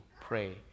pray